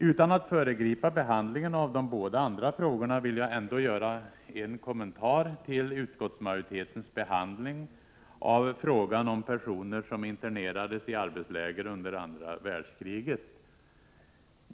Utan att föregripa behandlingen av de båda andra frågorna vill jag ändå göra en kommentar till utskottsmajoritetens behandling av frågan om personer som internerades i arbetsläger under andra världskriget.